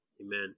amen